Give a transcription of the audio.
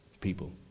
people